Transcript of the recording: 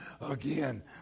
again